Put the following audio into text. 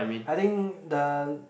I think the